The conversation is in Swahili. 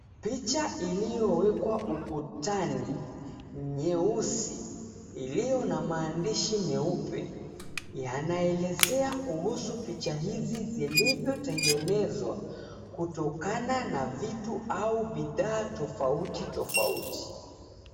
Picha iliyowekwa ukutani, nyeusi iliyo na maandishi meupe, yanaelezea kuhusu picha hizi zilivyotengenezwa, kutokana na vitu au bidhaa tofauti tofauti.